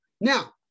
Now